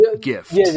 gift